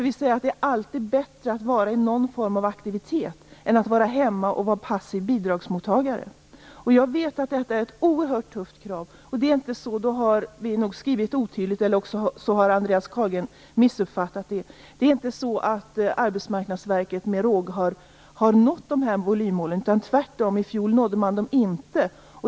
Vi säger att det alltid är bättre att vara i någon form av aktivitet än att vara hemma och vara passiv bidragsmottagare. Jag vet att detta är ett oerhört tufft krav. Antingen har vi skrivit otydligt eller också har Andreas Carlgren missuppfattat det, för det är inte så att Arbetsmarknadsverket med råge har nått dessa volymmål. Tvärtom - i fjol nådde man dem inte.